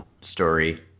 story